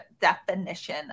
definition